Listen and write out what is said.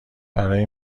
برای